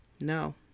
No